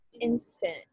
instant